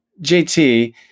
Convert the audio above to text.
JT